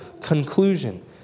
conclusion